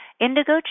Indigo